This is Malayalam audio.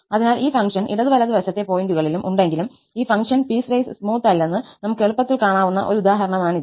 അതിനാൽ ഈ ഫംഗ്ഷൻ ഇടതു വലതു വശത്തെ പോയിന്റുകളിലും ഉണ്ടെങ്കിലും ഈ ഫംഗ്ഷൻ പീസ്വൈസ് സ്മൂത്ത് അല്ലന്ന് നമുക്ക് എളുപ്പത്തിൽ കാണാവുന്ന ഒരു ഉദാഹരണമാണിത്